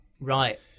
right